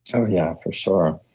oh yeah, for sure.